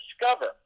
discover